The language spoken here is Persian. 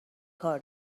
کار